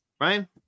Ryan